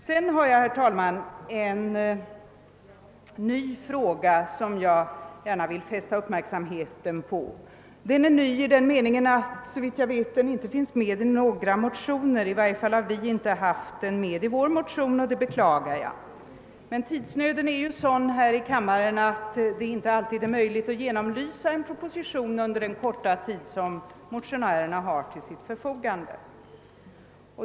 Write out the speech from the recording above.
Sedan vill jag, herr talman, fästa uppmärksamheten på en ny fråga. Den är ny i den meningen att den, såvitt jag vet, inte finns med i några motioner. I varje fall finns den inte med i vår motion, och det beklagar jag, men arbetsförhållandena här i kammaren är sådana att det inte alltid är möjligt att genomlysa en proposition under den korta tid motionärerna har till sitt förfogande.